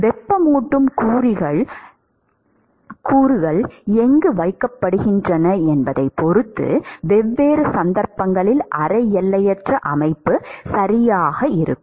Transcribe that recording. வெப்பமூட்டும் கூறுகள் எங்கு வைக்கப்படுகின்றன என்பதைப் பொறுத்து வெவ்வேறு சந்தர்ப்பங்களில் அரை எல்லையற்ற அமைப்பு சரியாக இருக்கும்